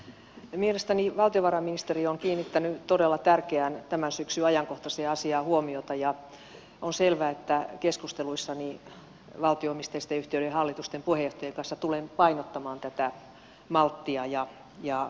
mielestäni valtiovarainministeriö on kiinnittänyt todella tärkeään tämän syksyn ajankohtaiseen asiaan huomiota ja on selvää että keskusteluissa valtio omisteisten yhtiöiden hallitusten puheenjohtajien kanssa tulen painottamaan tätä malttia ja vastuunkantoa